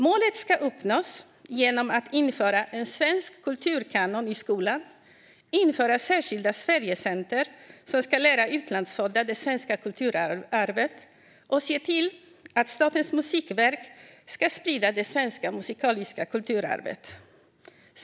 Målet ska uppnås genom att införa en svensk kulturkanon i skolan, införa särskilda Sverigecenter som ska lära utlandsfödda det svenska kulturarvet och se till att Statens musikverk ska sprida det svenska musikaliska kulturarvet.